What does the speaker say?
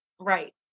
right